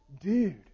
dude